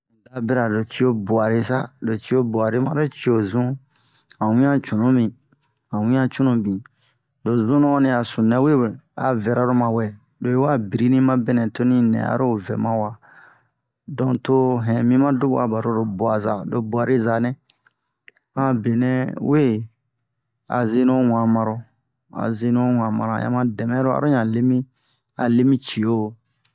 un da bira lo cio bu'are sa lo cio bu'are maro cio zun han wian cunu mi han wian cunu mibin lo zunu onni a sununɛ we a vɛra lo ma wɛ lo yi wa birini ma wɛ toni nɛ aro vɛ ma wa don to hin mi ma do'uwa baro lo bu'a za lo bu'are za nɛ han a benɛ we a zeni ho wan maro a zeni ho wa mara hin ma dɛmɛro aro yan lemi a lemi cio